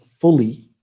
fully